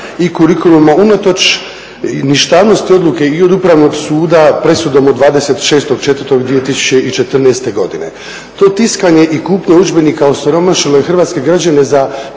i kurikuluma unatoč ništavnosti odluke i od upravnog suda presudom od 26.4.2014.godine. To tiskanje i kupnja udžbenika osiromašilo je hrvatske građane za